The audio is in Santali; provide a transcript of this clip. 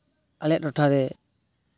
ᱟᱞᱮᱭᱟᱜ ᱴᱚᱴᱷᱟᱨᱮ